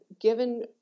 given